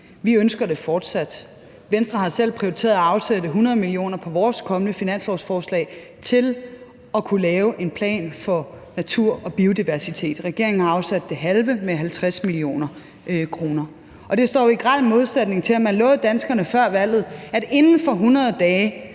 Vi ønsker det fortsat. Vi har i Venstre selv prioriteret at afsætte 100 mio. kr. i vores kommende finanslovsforslag til at kunne lave en plan for natur og biodiversitet – regeringen har afsat det halve, nemlig 50 mio. kr. Og det står jo i grel modsætning til, hvad man lovede danskerne før valget: at man inden for 100 dage,